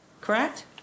Correct